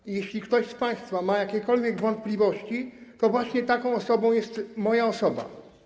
I jeśli ktoś z państwa ma jakiekolwiek wątpliwości, to właśnie taką osobą jest moja osoba.